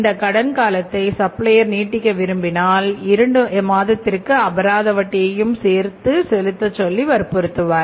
இந்த கடன் காலத்தை சப்ளையர் நீட்டிக்க விரும்பினால் இரண்டு மாதத்திற்கான அபராத வட்டியையும் சேர்த்து செலுத்தச் சொல்லி வற்புறுத்துவார்